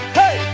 hey